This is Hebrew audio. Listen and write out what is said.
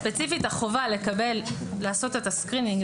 וספציפית החובה לעשות את ה-screening,